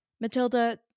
Matilda